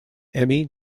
emmy